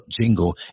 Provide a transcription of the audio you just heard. jingle